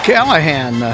Callahan